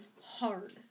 hard